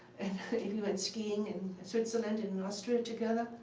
we went skiing in switzerland and and austria together.